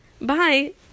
Bye